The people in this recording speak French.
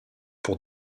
pour